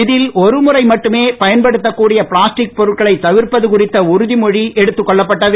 இதில் ஒரு முறை மட்டுமே பயன்படுத்தக் கூடிய பிளாஸ்டிக் பொருட்களை தவிர்ப்பது குறித்த உறுதி மொழி எடுத்துக் கொள்ளப்பட்டது